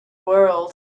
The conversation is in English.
world